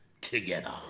together